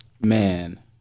Man